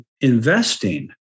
investing